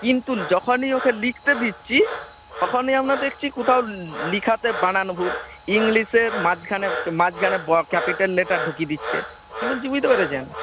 কিন্তু যখনই ওকে লিখতে দিচ্ছি তখনই আমরা দেখছি কোথাও লেখাতে বানান ভুল ইংলিশের মাঝখানে মাঝখানে ক্যাপিটাল লেটার ঢুকিয়ে দিচ্ছে কী বলছি বুঝতে পেরেছেন